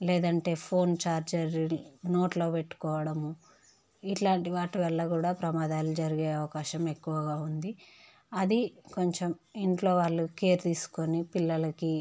లేదంటే phone charger నోట్లో పెట్టుకోవడం ఇలాంటి వాటి వల్ల కూడా ప్రమాదాలు జరిగే అవకాశం ఎక్కువగా ఉంది అది కొంచెం ఇంట్లో వాళ్ళు కేర్ తీసుకుని పిల్లలకు